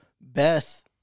Beth